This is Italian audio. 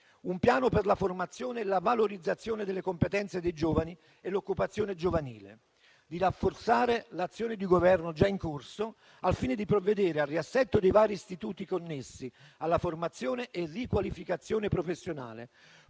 un piano per la formazione e la valorizzazione delle competenze dei giovani e l'occupazione giovanile; di rafforzare l'azione di Governo già in corso al fine di provvedere al riassetto dei vari istituti connessi alla formazione e riqualificazione professionale,